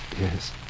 Yes